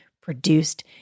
produced